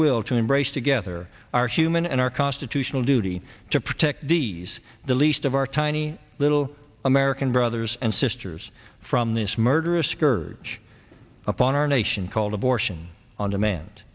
will to embrace together our human and our constitutional duty to protect these the least of our tiny little american brothers and sisters from this murderous scourge upon our nation called abortion on demand